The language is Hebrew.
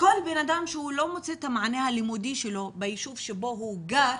כל בן אדם שהוא לא מוצא את המענה הלימודי שלו ביישוב שבו הוא גר,